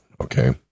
okay